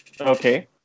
Okay